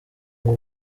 ngo